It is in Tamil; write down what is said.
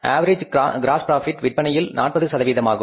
ஆவரேஜ் க்ராஸ் ப்ராபிட் விற்பனையில் 40 சதவீதமாகும்